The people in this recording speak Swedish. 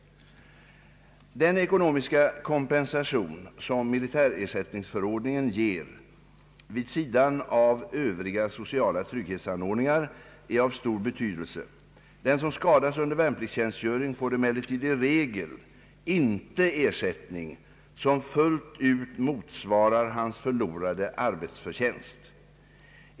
Den ekonomiska kompensation som militärersättningsförordningen ger vid sidan av Övriga sociala trygghetsanordningar är av stor betydelse. Den som skadas under värnpliktstjänstgöring får emellertid i regel inte ersättning som fullt ut motsvarar hans förlorade arbetsförtjänst.